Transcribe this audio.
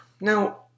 Now